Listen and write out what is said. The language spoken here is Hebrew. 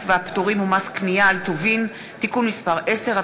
והפטורים ומס קנייה על טובין (תיקון מס' 10),